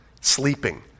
sleeping